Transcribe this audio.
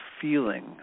feeling